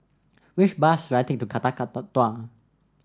which bus should I take to Kakatua